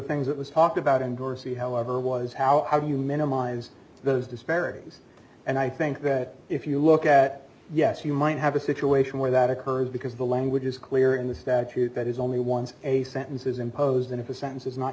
things that was talked about in dorsey however was how i view minimize those disparities and i think that if you look at yes you might have a situation where that occurs because the language is clear in the statute that is only one's a sentences imposed and if a sense is not